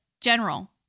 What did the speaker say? general